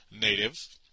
native